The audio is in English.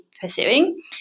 pursuing